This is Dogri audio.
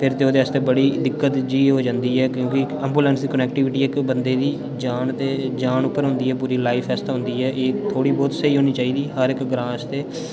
फिर ते ओह्दे आस्तै बड़ी दिक्कत जेही हो जन्दी ऐ क्योंकि एम्बुलेंस कनेक्टिविटी इक बंदे दी जान ते जान उप्पर होंदी ऐ पूरी लाइफ आस्तै होंदी ऐ थोह्ड़ी बहोत स्हेई होनी चाहिदी हर इक ग्रांऽ च ते